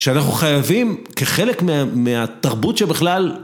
שאנחנו חייבים כחלק מהתרבות שבכלל...